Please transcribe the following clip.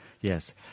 Yes